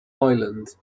ireland